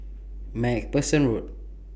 MacPherson Road